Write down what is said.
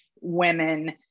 women